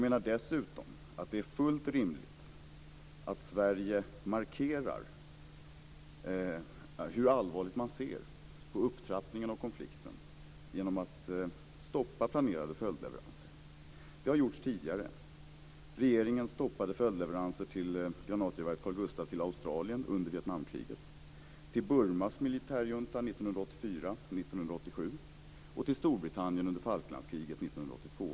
Dessutom är det fullt rimligt att Sverige markerar hur allvarligt man ser på upptrappningen av konflikten genom att stoppa planerade följdleveranser. Det har gjorts tidigare. Regeringen stoppade följdleveranser till granatgeväret Carl Gustaf till Australien under Vietnamkriget, till Burmas militärjunta 1984-1987 och till Storbritannien under Falklandskriget 1982.